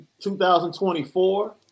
2024